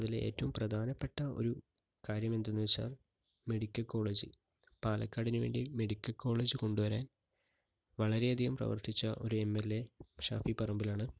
അതിൽ ഏറ്റവും പ്രധാനപ്പെട്ട ഒരു കാര്യം എന്തെന്ന് വെച്ചാൽ മെഡിക്കൽ കോളേജ് പാലക്കാടിനു വേണ്ടി മെഡിക്കൽ കോളേജ് കൊണ്ടുവരാൻ വളരെയധികം പ്രവർത്തിച്ച ഒരു എം എൽ എ ഷാഫി പറമ്പിലാണ്